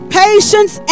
patience